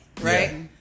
right